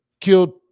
killed